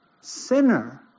sinner